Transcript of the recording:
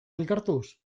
elkartuz